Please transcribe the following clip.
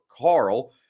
Carl